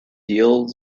yields